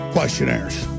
Questionnaires